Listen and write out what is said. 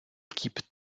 équipe